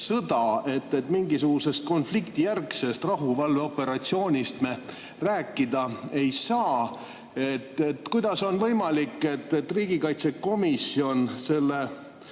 sõda, et mingisugusest konfliktijärgsest rahuvalveoperatsioonist me rääkida ei saa. Kuidas on võimalik, et riigikaitsekomisjon eelnõu